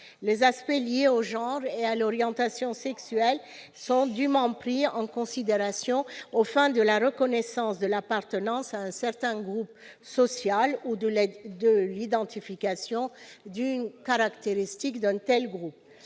les aspects liés au genre et à l'orientation sexuelle sont dûment pris en considération aux fins de la reconnaissance de l'appartenance à un certain groupe social ou de l'identification d'une caractéristique d'un tel groupe.